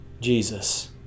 Jesus